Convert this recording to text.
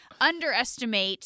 underestimate